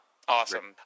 Awesome